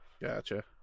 gotcha